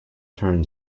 turn